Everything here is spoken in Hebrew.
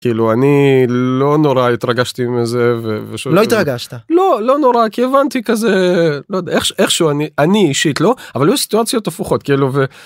כאילו אני לא נורא התרגשתי מזה, ו... לא התרגשת. לא, לא נורא. כי הבנתי כזה... לא יודע איך שהוא, אני, אני אישית לא. אבל היו סיטואציות הפוכות כאילו...